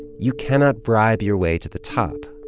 you cannot bribe your way to the top.